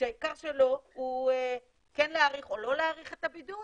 שהעיקר שלו הוא כן להאריך או לא להאריך את הבידוד